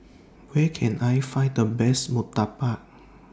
Where Can I Find The Best Murtabak